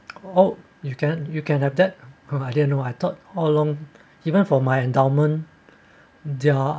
or you can you can have that I thought how long even for my endowment they're